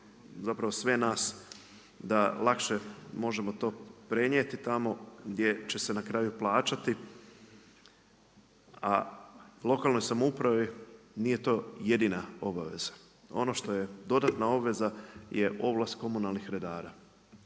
bi sve nas da lakše možemo to prenijeti tamo gdje će se na kraju plaćati, a lokalnoj samoupravi nije to jedina obaveza. Ono što je dodatna obveza je ovlast komunalnih redara.